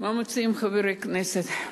מה מציעים חברי הכנסת?